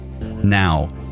Now